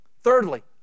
Thirdly